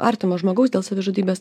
artimo žmogaus dėl savižudybės